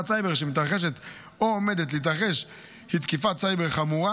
סייבר שמתרחשת או עומדת להתרחש היא תקיפת סייבר חמורה,